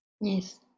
Yes